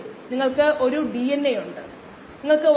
അതായത് അവയുടെ ഒരു ഉൽപ്പന്നമായ വാണിജ്യ ഉൽപ്പന്നത്തിന്